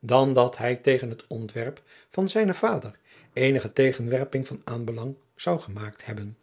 dan dat hij tegen het ontwerp van zijnen vader eenige tegenwerping van aanbelang zou gemaakt hebben